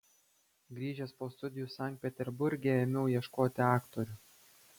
grįžęs po studijų sankt peterburge ėmiau ieškoti aktorių